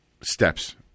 steps